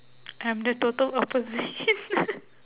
I'm the total opposite